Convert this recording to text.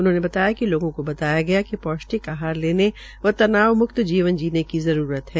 उन्होंने बताया कि लोगों को बताया कि पौष्ठिक आहार लेने व तनावम्क्त जीवन की जीने की जरूरत है